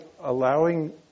allowing